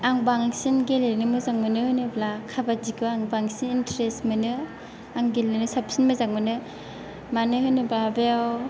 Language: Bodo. आं बांसिन गेलेनो मोजां मोनो होनोब्ला काबादि खौ आं बांसिन इन्टारेस्ट मोनो आं गेलेनो साबसिन मोजां मोनो मानो होनोब्ला बेयाव